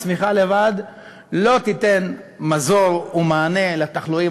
הצמיחה לבד לא תיתן מזור ומענה לתחלואים